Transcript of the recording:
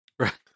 right